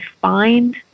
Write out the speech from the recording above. find